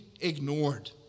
ignored